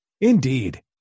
Indeed